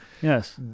Yes